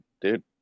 dude